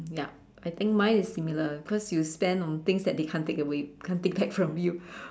yup I think mine is similar because you spend on things that they can't take away can't take back from you